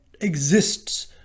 exists